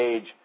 age